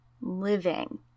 living